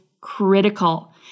critical